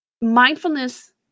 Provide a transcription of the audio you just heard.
Mindfulness